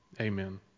Amen